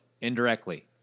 indirectly